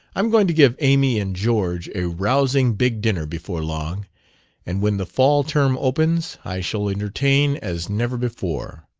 i'm going to give amy and george a rousing big dinner before long and when the fall term opens i shall entertain as never before.